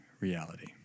reality